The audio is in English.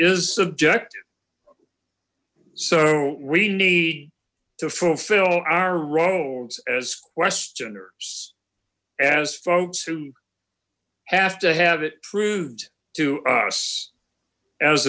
is subjective so we need to fulfill our roles as questioners as folks who have to have it proved to us as